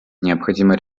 необходимо